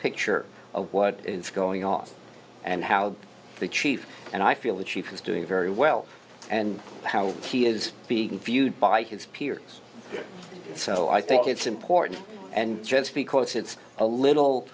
picture of what is going off and how the chief and i feel the chief was doing very well and how he is being viewed by his peers so i think it's important and just because it's a little